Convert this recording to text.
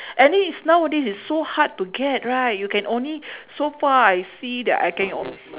and it's nowadays it's so hard to get right you can only so far I see that I can o~